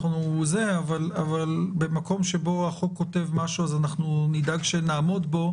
אבל במקום שבו החוק קובע משהו אנחנו נדאג שנעמוד בו,